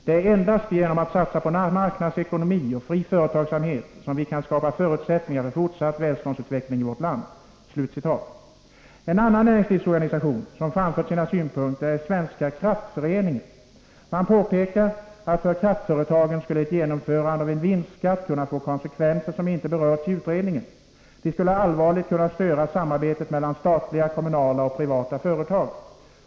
Det är endast genom att satsa på marknadsekonomi och fri företagsamhet som vi kan skapa förutsättningar för fortsatt välståndsutveckling i vårt land.” Ytterligare en näringslivsorganisation som har framfört sina synpunkter är Svenska Kraftverksföreningen. Man påpekar att ett genomförande av en vinstskatt skulle för kraftföretagen kunna få konsekvenser som inte har berörts i utredningen. De skulle allvarligt kunna störa samarbetet mellan statliga, kommunala och privata företag.